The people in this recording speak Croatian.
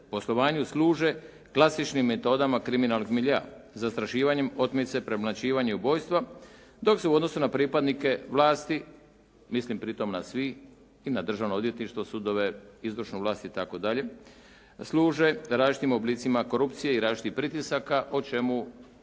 poslovanju služe klasičnim metodama kriminalnog miljea, zastrašivanjem, otmice, premlaćivanje i ubojstvo, dok se u odnosu na pripadnike vlasti, mislim pri tome na sve, i na državno odvjetništvo, sudove, izvršnu vlast itd., služe različitim oblicima korupcije i različitim pritiscima o čemu